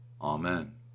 Amen